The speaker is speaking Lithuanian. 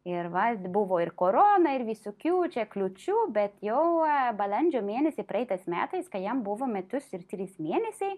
ir vat buvo ir korona ir visokių čia kliūčių bet jau balandžio mėnesį praeitais metais kai jam buvo metus ir trys mėnesiai